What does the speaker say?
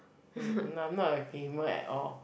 hmm no I'm not a gamer at all